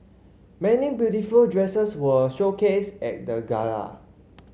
many beautiful dresses were showcased at the gala